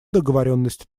договоренности